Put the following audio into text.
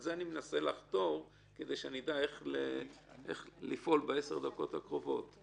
לזה אני מנסה לחתור כדי שאדע איך לפעול בעשר הדקות הקרובות.